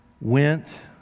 went